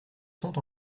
sont